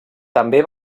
també